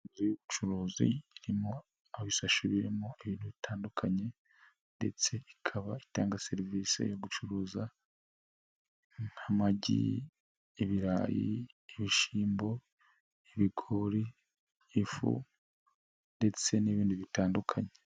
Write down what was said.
Inzu y'ubucuruzi irimo ibisashi birimo ibintu bitandukanye ndetse ikaba itanga serivisi yo gucuruza nk'amagi, ibirayi, ibishyimbo, ibigori by'ifu ndetse n'ibindi bitandukanye.